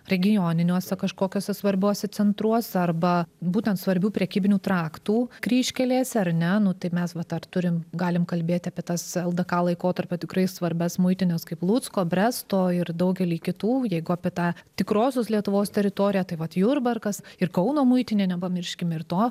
regioniniuose kažkokiose svarbiuose centruose arba būtent svarbių prekybinių traktų kryžkelėse ar ne nu tai mes va tą turim galim kalbėti apie tas ldk laikotarpio tikrai svarbias muitinės kaip lucko bresto ir daugelį kitų jeigu apie tą tikrosios lietuvos teritoriją tai vat jurbarkas ir kauno muitinė nepamirškim ir to